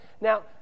Now